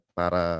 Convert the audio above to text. para